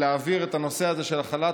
אני מבקש להעביר את הנושא הזה של החלת